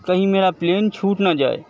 کہیں میرا پلین چھوٹ نا جائے